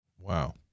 Wow